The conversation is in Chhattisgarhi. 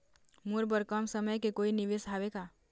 मोर बर कम समय के कोई निवेश हावे का?